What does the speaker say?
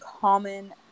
common